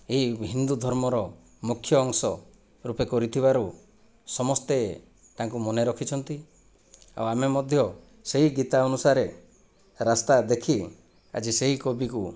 ଏହି ହିନ୍ଦୁ ଧର୍ମର ମୁଖ୍ୟ ଅଂଶ ରୂପେ କରିଥିବାରୁ ସମସ୍ତେ ତାଙ୍କୁ ମନେ ରଖିଛନ୍ତି ଆଉ ଆମେ ମଧ୍ୟ ସେହି ଗୀତା ଅନୁସାରେ ରାସ୍ତା ଦେଖି ଆଜି ସେହି କବିକୁ